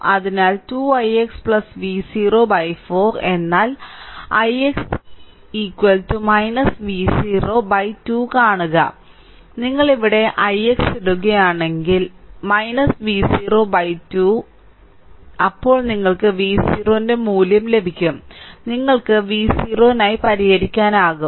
അതിനാൽ 2 ix V0 4 എന്നാൽ ix V0 2 കാണുക നിങ്ങൾ ഇവിടെ ix ഇടുകയാണെങ്കിൽ V0 2 V0 2 അപ്പോൾ നിങ്ങൾക്ക് V0 ന്റെ മൂല്യം ലഭിക്കും നിങ്ങൾക്ക് V0 നായി പരിഹരിക്കാനാകും